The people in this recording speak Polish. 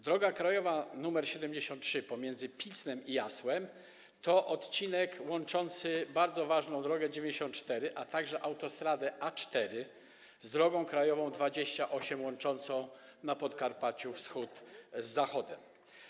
Droga krajowa nr 73 pomiędzy Pilznem i Jasłem to odcinek łączący bardzo ważną drogę nr 94, a także autostradę A4 z drogą krajową nr 28 łączącą na Podkarpaciu Wschód z Zachodem.